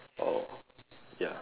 oh ya